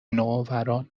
نوآوران